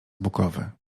bukowy